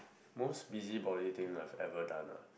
most busybody thing I've ever done ah